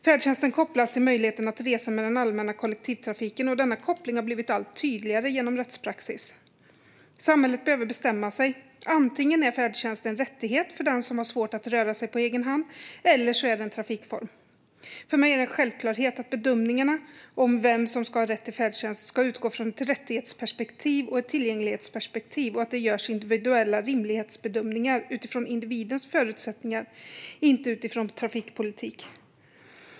Färdtjänsten kopplas till möjligheten att resa med den allmänna kollektivtrafiken, och denna koppling har blivit allt tydligare genom rättspraxis. Samhället behöver bestämma sig: Antingen är färdtjänst en rättighet för den som har svårt att röra sig på egen hand eller så är det en trafikform. För mig är det en självklarhet att bedömningarna av vem som ska ha rätt till färdtjänst ska utgå från ett rättighets och ett tillgänglighetsperspektiv och att det görs individuella rimlighetsbedömningar utifrån individens förutsättningar och inte utifrån trafikpolitik.